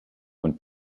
und